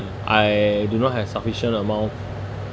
I do not have sufficient amount